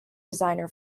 designer